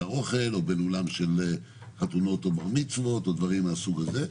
אוכל או בין אולם של חתונות או בר מצוות או דברים מהסוג הזה.